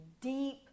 deep